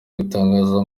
gutangaza